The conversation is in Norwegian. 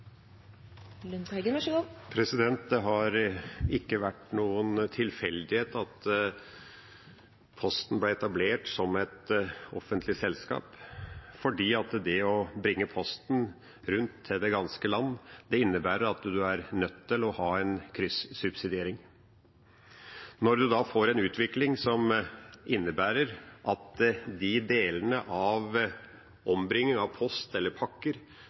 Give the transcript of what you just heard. Det har ikke vært noen tilfeldighet at Posten ble etablert som et offentlig selskap, for å bringe posten rundt til det ganske land innebærer at man er nødt til å ha en kryssubsidiering. Når man da får en utvikling som innebærer at de delene av ombringingen av post eller pakker